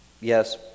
yes